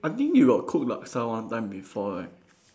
I think you got cook laksa one time before right